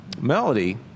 Melody